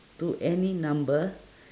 to any number